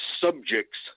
subjects